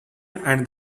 and